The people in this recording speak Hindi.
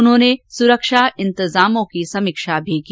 उन्होंने सुरक्षा इंतजामों की समीक्षा भी की